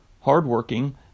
hardworking